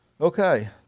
Okay